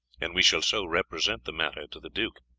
and we shall so represent the matter to the duke.